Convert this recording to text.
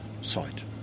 site